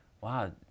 wow